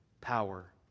power